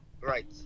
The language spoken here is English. right